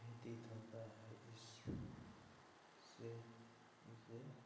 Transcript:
व्यतीत होता है इस से इससे